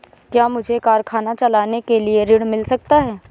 क्या मुझे कारखाना चलाने के लिए ऋण मिल सकता है?